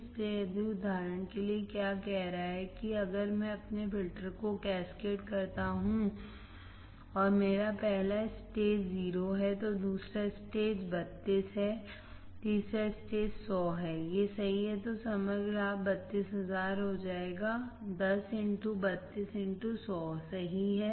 इसलिए उदाहरण के लिए यह क्या कह रहा है कि अगर मैं अपने फिल्टर को कैस्केड करता हूं और मेरा पहला स्टेज10 है तो दूसरा स्टेज 32 है तीसरा स्टेज 100 है ये सही हैं तो समग्र लाभ 32000 होगा क्योंकि 10 32 100 सही है